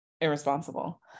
irresponsible